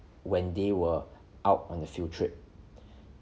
when they were out on the field trip